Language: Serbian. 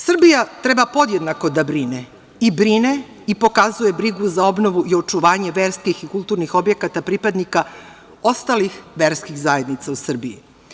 Srbija treba podjednako da brine i brine i pokazuje brigu za obnovu i očuvanje verskih i kulturnih objekata pripadnika ostalih verskih zajednica u Srbiji.